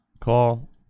call